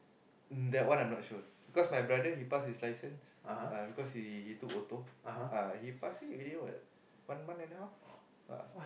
that one I'm not sure because my brother he pass his licence ah because he he took auto ah he pass it already what one month and a half ah